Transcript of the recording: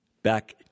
Back